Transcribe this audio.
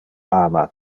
ama